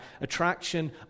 attraction